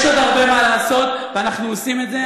יש עוד הרבה מה לעשות ואנחנו עושים את זה.